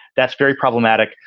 that's very problematic.